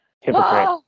Hypocrite